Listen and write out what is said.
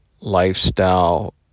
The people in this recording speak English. lifestyle